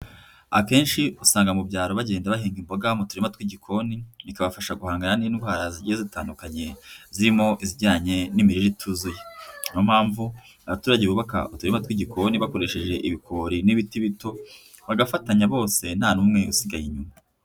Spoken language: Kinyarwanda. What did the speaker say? Akenshi usanga mu byaro bagenda bahinga imboga mu turima tw'igikoni, bikabafasha guhangana n'indwara zigiye zitandukanye zirimo izijyanye n'imirire ituzuye niyo mpamvu abaturage bubaka uturima tw'igikoni bakoresheje ibikori n'ibiti bito bagafatanya bose nta n'umwe usigaye inyuma.